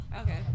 Okay